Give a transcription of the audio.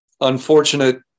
unfortunate